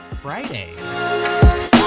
friday